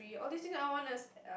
all these things I wanna